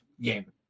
game